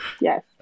Yes